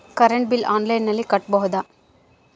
Current bill ಆನ್ಲೈನಿನಲ್ಲಿ ಕಟ್ಟಬಹುದು ಏನ್ರಿ?